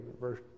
verse